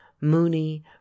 mooney